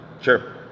Sure